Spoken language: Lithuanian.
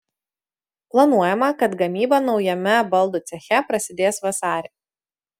planuojama kad gamyba naujame baldų ceche prasidės vasarį